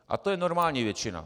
A to je normální většina.